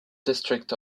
district